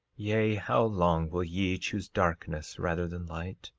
yea, how long will ye choose darkness rather than light?